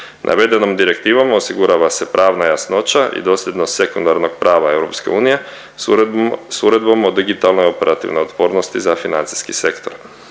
Navedenom direktivom osigurava se prava jasnoća i dosljednost sekundarnog prava EU s Uredbom o digitalnoj operativnoj otpornosti za financijski sektor.